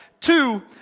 Two